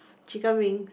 chicken wings